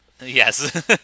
Yes